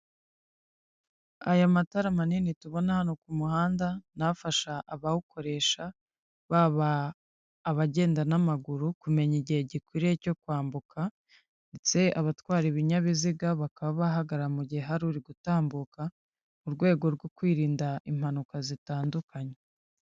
Aya matara manini tubona hano ku muhanda nafasha abawukoresha, baba abagenda n'amaguru kumenya igihe gikwiriye cyo kwambuka ndetse abatwara ibinyabiziga bakaba bahagarara mu gihe hari uri gutambuka mu rwego rwo kwirinda impanuka zitandukanye.